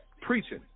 preaching